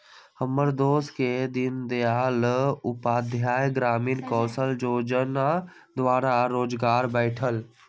हमर दोस के दीनदयाल उपाध्याय ग्रामीण कौशल जोजना द्वारा रोजगार भेटल